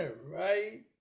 Right